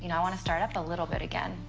you know i want to start up a little bit again.